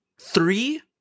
three